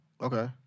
Okay